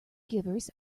givers